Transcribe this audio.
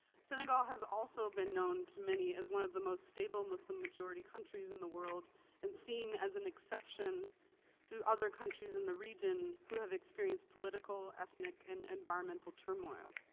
senegal has also been known to many as one of the most stable muslim majority countries in the world and seen as an exception to other countries in the region who have experienced political, ethnic, and environmental turmoil.